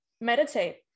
meditate